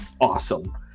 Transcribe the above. awesome